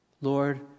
Lord